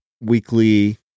weekly